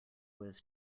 was